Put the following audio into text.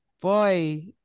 boy